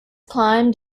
climbed